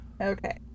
Okay